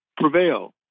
prevail